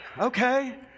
okay